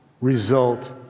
result